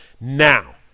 Now